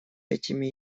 этими